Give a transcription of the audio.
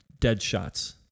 Deadshot's